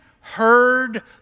heard